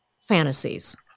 fantasies